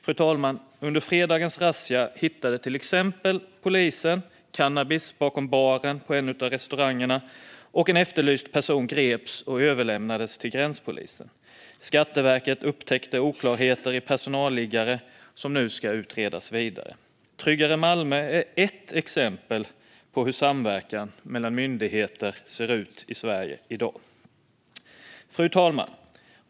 Fru talman! Under fredagens razzia hittade polisen till exempel cannabis bakom baren på en av restaurangerna, och en efterlyst person greps och överlämnades till gränspolisen. Skatteverket upptäckte oklarheter i personalliggare som nu ska utredas vidare. Tryggare Malmö är ett exempel på hur samverkan mellan myndigheter ser ut i Sverige i dag. Fru talman!